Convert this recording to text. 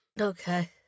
Okay